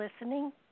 listening